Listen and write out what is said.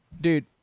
dude